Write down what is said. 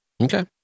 Okay